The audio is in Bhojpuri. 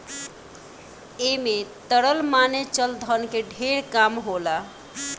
ऐमे तरल माने चल धन के ढेर काम होला